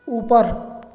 ऊपर